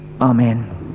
amen